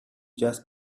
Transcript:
just